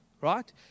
right